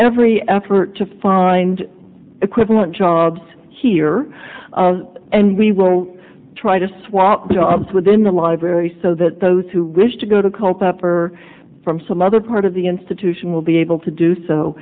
every effort to find equivalent jobs here and we will try to swap within the library so that those who wish to go to cope up or from some other part of the institution will be able to do so